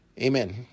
Amen